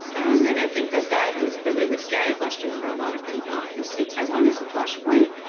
and i think that that is the really scary question for a lot of people who see taiwan as a flashpoint,